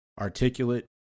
articulate